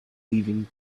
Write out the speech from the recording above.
leaving